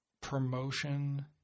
promotion